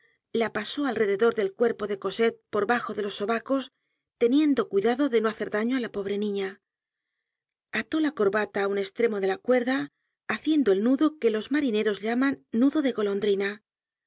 la pasó alrededor del cuerpo de cosette por bajo de los sobacos teniendo cuidado de no hacer daño á la pobre niña ató la corbata á un estremo de la cuerda haciendo el nudo que los marineros llaman nudo de golondrina